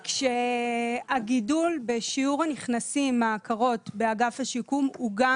הגידול בשיעור הנכנסים מההכרות באגף השיקום הוא גם